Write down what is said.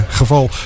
geval